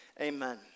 amen